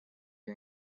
you